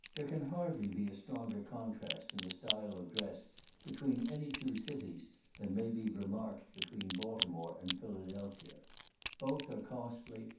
there can hardly be a stronger contrast in the style of dress between any two cities than may be remarked between baltimore and philadelphia both are costly,